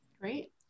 Great